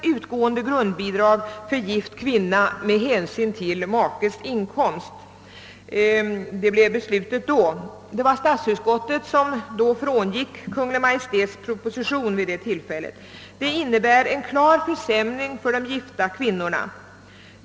gift kvinna med hänsyn till makes inkomst. Statsutskottet frångick då Kungl. Maj:ts proposition. Beslutet innebär en klar försämring för de gifta kvinnorna.